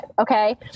Okay